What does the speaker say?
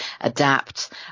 adapt